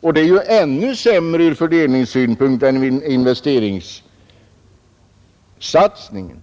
och det vore ännu sämre ur fördelningssynpunkt än en investeringssatsning.